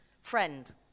Friend